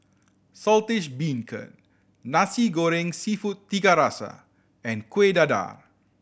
Saltish Beancurd Nasi Goreng Seafood Tiga Rasa and Kuih Dadar